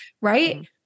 right